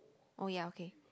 oh ya okay